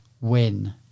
win